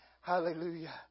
Hallelujah